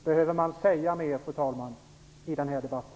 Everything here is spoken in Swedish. Behöver man säga mer, fru talman, i den här debatten?